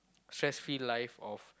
stress free life of